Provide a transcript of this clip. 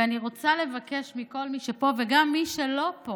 ואני רוצה לבקש מכל מי שפה, וגם מי שלא פה